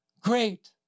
great